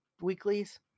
weeklies